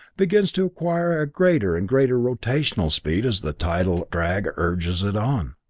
begins to acquire a greater and greater rotational speed as the tidal drag urges it on.